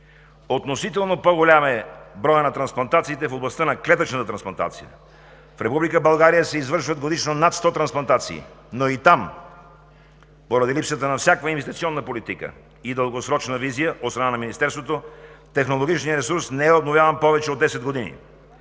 Относително по-голям е броят на трансплантациите в областта на клетъчната трансплантация. В Република България се извършват годишно над 100 трансплантации, но и там поради липсата на всякаква инвестиционна политика и дългосрочна визия от страна на Министерството, технологичният ресурс не е обновяван повече от 10 години.